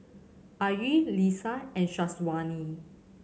Ayu Lisa and Syazwani